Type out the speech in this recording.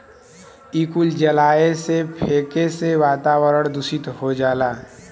इ कुल जलाए से, फेके से वातावरन दुसित हो जाला